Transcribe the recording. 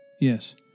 yes